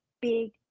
big